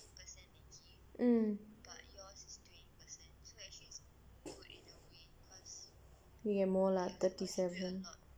mm ya more lah thirty seven